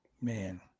Man